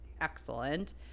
excellent